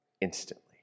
instantly